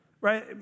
Right